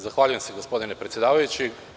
Zahvaljujem se gospodine predsedavajući.